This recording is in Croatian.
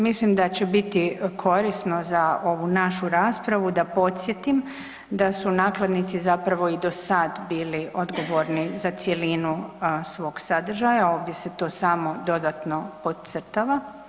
Mislim da će biti korisno za ovu našu raspravu da podsjetim da su nakladnici zapravo i do sad bili odgovorni za cjelinu svog sadržaja, ovdje se to samo dodatno podcrtava.